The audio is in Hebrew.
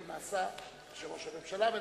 הוא נעשה כשראש הממשלה מדבר.